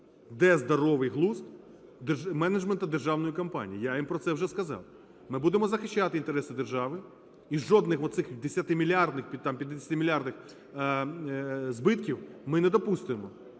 Де здоровий глузд менеджменту державної компанії? Я їм про це вже сказав, ми будемо захищати інтереси держави і жодних оцих 10-мільярдних, 50-мільярдних збитків ми недопустимо.